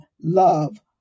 love